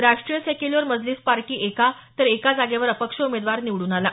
राष्ट्रीय secular Majlis party एका तर एका जागेवर अपक्ष उमेदवार निवडून आला